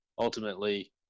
ultimately